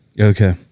Okay